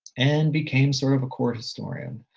and became sort of a court historian.